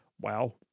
Wow